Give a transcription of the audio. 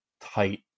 tight